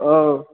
ओऽ